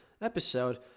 episode